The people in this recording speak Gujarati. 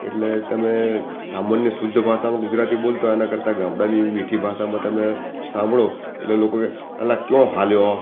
એટલે તમે સામાન્ય શુદ્ધ ભાષામાં ગુજરાતી બોલતા હોય એના કરતાં ગામડાની મીઠી ભાષામાં તમે સાંભળો એટલે લોકો કહે અલા ક્યોં હાલ્યો